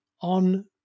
on